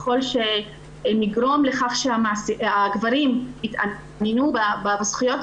ככל שנגרום לכך שהגברים יתעניינו בזכויות,